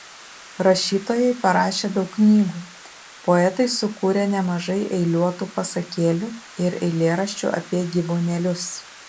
rašytojai parašė daug knygų poetai sukūrė nemažai eiliuotų pasakėlių ir eilėraščių apie gyvūnėlius